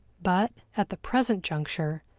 but, at the present juncture,